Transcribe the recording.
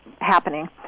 happening